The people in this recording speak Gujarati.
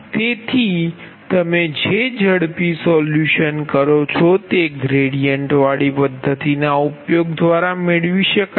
તેથી તમે જે ઝડપી સોલ્યુશન કરો છો તે ગ્રેડીયન્ટ વાળી પદ્ધતિના ઉપયોગ દ્વારા મેળવી શકાય છે